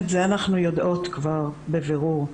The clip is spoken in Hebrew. ואת זה אנחנו יודעות כבר בבירור.